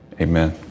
Amen